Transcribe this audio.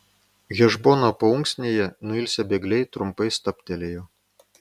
hešbono paunksnėje nuilsę bėgliai trumpai stabtelėjo